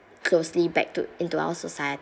closely back to into our